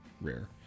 rare